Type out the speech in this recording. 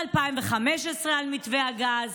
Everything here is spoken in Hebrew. ב-2015 על מתווה הגז,